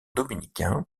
dominicain